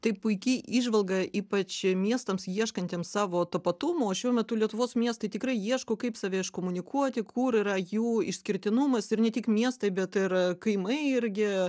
tai puiki įžvalga ypač miestams ieškantiems savo tapatumo o šiuo metu lietuvos miestai tikrai ieško kaip save iškomunikuoti kur yra jų išskirtinumas ir ne tik miestai bet ir kaimai irgi